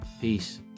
Peace